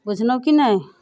बुझलहुँ कि नहि